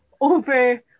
over